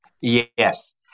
Yes